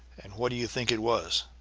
and what do you think it was?